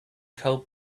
cold